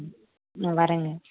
ம் ஆ வர்றேங்க